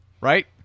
Right